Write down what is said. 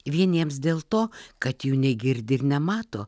vieniems dėl to kad jų negirdi ir nemato